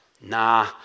Nah